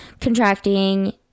contracting